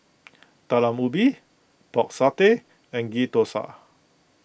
Talam Ubi Pork Satay and Ghee Thosai